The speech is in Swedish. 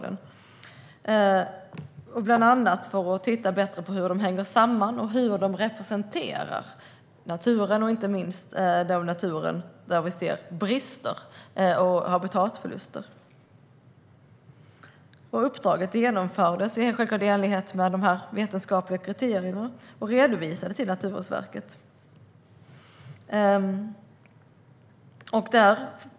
Det gjordes bland annat för att man skulle titta på hur områden hängde samman och hur de representerar naturen, inte minst den del av naturen där vi ser brister och habitatförluster. Uppdraget genomfördes självklart i enlighet med de vetenskapliga kriterierna och redovisades för Naturvårdsverket.